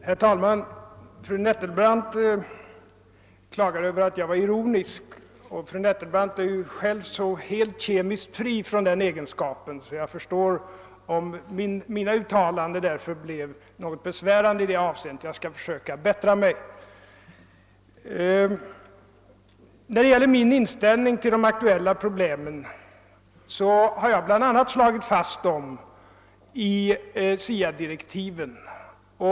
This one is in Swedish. Herr talman! Fru Nettelbrandt klagade över att jag var ironisk, och eftersom fru Nettelbrandt ju är kemiskt fri från den egenskapen förstår jag om mina uttalanden blev något besvärande. Jag skall försöka att bättra mig. Vad gäller min inställning till här aktuella problem har jag bl.a. slagit fast dem i SIA-direktiven.